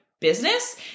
business